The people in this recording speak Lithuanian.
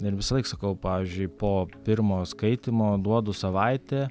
ir visąlaik sakau pavyzdžiui po pirmo skaitymo duodu savaitę